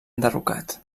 enderrocat